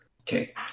Okay